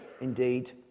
indeed